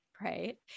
Right